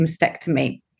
mastectomy